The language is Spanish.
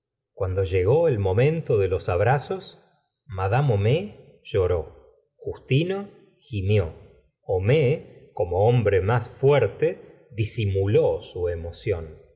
cuando llegó el momento de los abrazos madama homais lloró justino gimió homais como hombre más fuerte disimuló su emoción